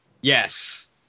yes